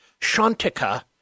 Shantika